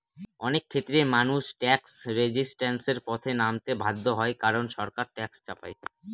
অনেক ক্ষেত্রেই মানুষ ট্যাক্স রেজিস্ট্যান্সের পথে নামতে বাধ্য হয় কারন সরকার ট্যাক্স চাপায়